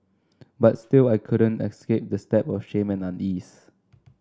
but still I couldn't escape the stab of shame and unease